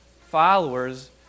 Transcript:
followers